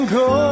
go